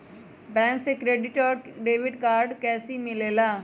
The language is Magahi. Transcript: बैंक से क्रेडिट और डेबिट कार्ड कैसी मिलेला?